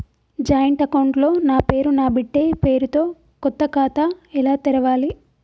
Joint account లో నా పేరు నా బిడ్డే పేరు తో కొత్త ఖాతా ఎలా తెరవాలి?